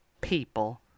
people